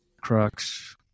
crux